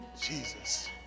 Jesus